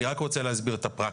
אני רק רוצה להסביר את הפרקטיקה.